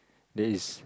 there is